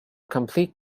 complete